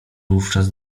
wówczas